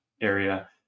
area